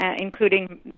including